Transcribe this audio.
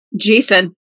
Jason